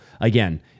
again